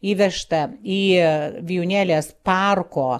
įvežta į vijūnėlės parko